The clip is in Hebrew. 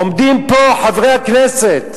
עומדים פה חברי הכנסת,